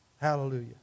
Hallelujah